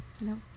No